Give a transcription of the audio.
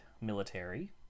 military